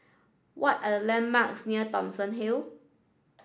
what are the landmarks near Thomson Hill